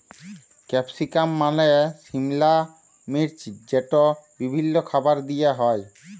capsicum মালে সিমলা মির্চ যেট বিভিল্ল্য খাবারে দিঁয়া হ্যয়